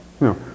no